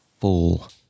full